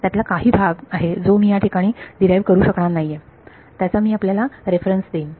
त्यातला काही भाग आहे जो मी या ठिकाणी डीराईव्ह करू शकणार नाहीये त्याचा मी आपल्याला रेफरन्स देईन